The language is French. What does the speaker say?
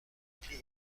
plus